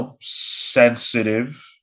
sensitive